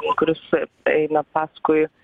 kuris eina paskui